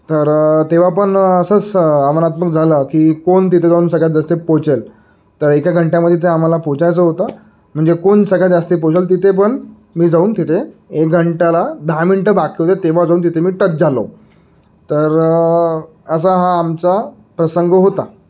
तर तेव्हा पण असंच आव्हानात्मक झालं की कोण तिथे जाऊन सगळ्यात जास्त पोहचेल तर एका घंट्यामध्ये ते आम्हाला पोचायचं होतं म्हणजे कोण सगळ्या जास्ती पोचेल तिथे पण मी जाऊन तिथे एक घंट्याला दहा मिनटं बाकी होते तेव्हा जाऊन तिथे मी टच झालो तर असा हा आमचा प्रसंग होता